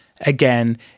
again